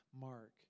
Mark